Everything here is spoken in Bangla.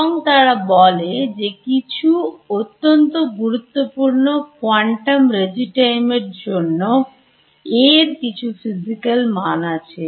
এবং তারা বলে যে কিছু অত্যন্ত গুরুত্বপূর্ণ quantum regime এর A এর কিছু physical মান আছে